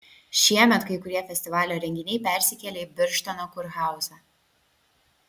šiemet kai kurie festivalio renginiai persikėlė į birštono kurhauzą